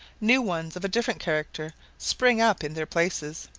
new ones of a different character spring up in their places.